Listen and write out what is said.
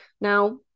Now